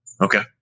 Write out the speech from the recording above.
okay